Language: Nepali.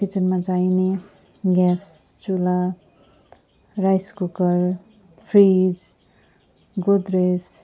किचनमा चाहिने ग्यास चुला राइस कुकर फ्रिज गोद्रेज